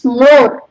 more